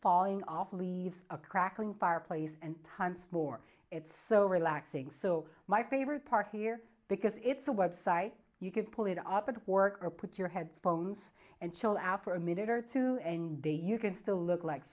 falling off leaves a crackling fireplace and hunts more it's so relaxing so my favorite part here because it's a website you could pull it up at work or put your headphones and chill out for a minute or two and they you can still look like